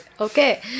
Okay